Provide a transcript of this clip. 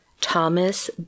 Thomas